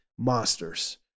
monsters